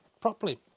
properly